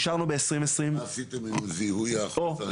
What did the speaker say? מה עשיתם עם זיהוי החוסרים?